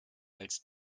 als